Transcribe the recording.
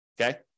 okay